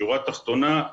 השורה התחתונה.